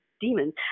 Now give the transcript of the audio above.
Demons